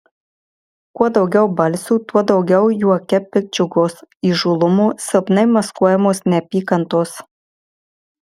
kuo daugiau balsių tuo daugiau juoke piktdžiugos įžūlumo silpnai maskuojamos neapykantos